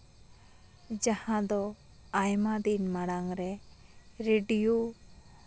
ᱡᱟᱦᱟᱸ ᱫᱚ ᱟᱭᱢᱟ ᱫᱤᱱ ᱢᱟᱲᱟᱝ ᱨᱮ ᱨᱮᱰᱤᱭᱳ